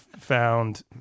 found